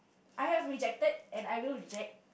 I have rejected and I will reject